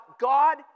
God